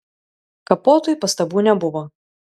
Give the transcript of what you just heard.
kapotui pastabų nebuvo